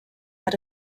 had